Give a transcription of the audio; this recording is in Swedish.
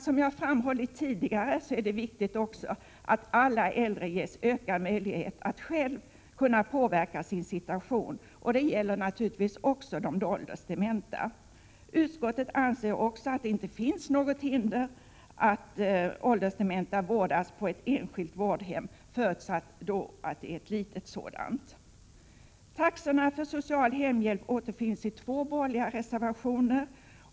Som jag framhållit tidigare är det viktigt att alla äldre ges ökad möjlighet att själva kunna påverka sin situation. Det gäller naturligtvis också de åldersdementa. Utskottet anser även att det inte finns något hinder mot att åldersdementa vårdas på enskilt vårdhem, förutsatt att det är litet. Taxorna för social hemhjälp återfinns i två borgerliga reservationer.